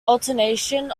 alternation